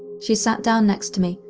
she sat down next to me,